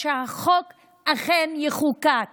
שהחוק אכן יחוקק